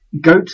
Goat